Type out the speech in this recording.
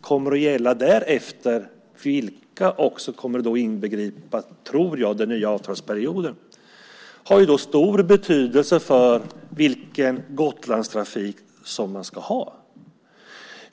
kommer därefter. Det tror jag också kommer att inbegripa den nya avtalsperioden. Det har stor betydelse för vilken Gotlandstrafik som man ska ha.